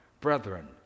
brethren